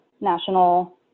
national